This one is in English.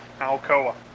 Alcoa